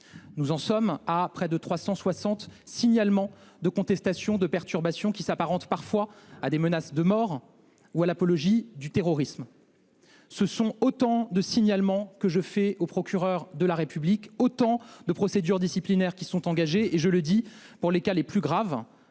Nous en sommes à près de 360 signalements de contestation et de perturbation, qui s’apparentent parfois à des menaces de mort ou à l’apologie du terrorisme. Ce sont autant de signalements que j’ai adressés au procureur de la République, autant de procédures disciplinaires qui sont engagées. Pour les cas les plus graves